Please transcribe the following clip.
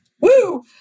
woo